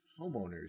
homeowners